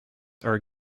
are